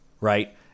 Right